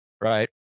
right